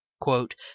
quote